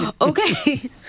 Okay